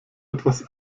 etwas